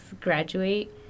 graduate